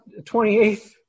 28th